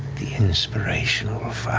the inspiration um